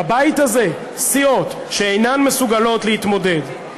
בבית הזה סיעות שאינן מסוגלות להתמודד,